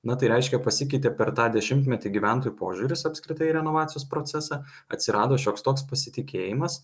na tai reiškia pasikeitė per tą dešimtmetį gyventojų požiūris apskritai į renovacijos procesą atsirado šioks toks pasitikėjimas